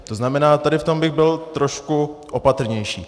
To znamená, tady v tom bych byl trošku opatrnější.